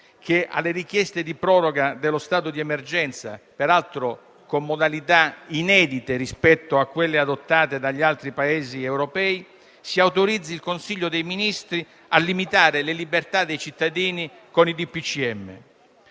che alle richieste di proroga dello stato di emergenza, peraltro con modalità inedite rispetto a quelle adottate dagli altri Paesi europei, si autorizzi il Consiglio dei ministri a limitare le libertà dei cittadini con i